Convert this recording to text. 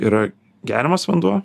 yra geriamas vanduo